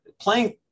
playing